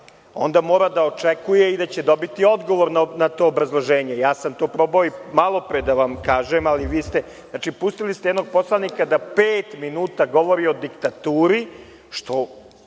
onda mora da očekuje i da će dobiti odgovor na to obrazloženje. Ja sam to probao i malopre da vam kažem, ali vi ste pustili jednog poslanika da pet minuta govori o diktaturi, što